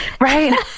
right